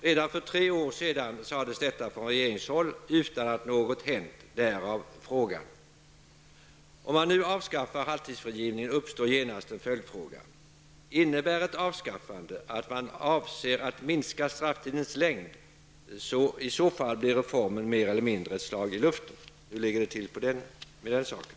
Redan för tre år sedan sades detta från regeringshåll, utan att något har hänt. Därför har jag ställt denna fråga. Om man nu avskaffar halvtidsfrigivningen uppstår genast en följdfråga. Innebär ett avskaffande att man avser att minska strafftidens längd? I så fall blir reformen mer eller mindre ett slag i luften. Hur ligger det till med den saken?